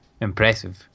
impressive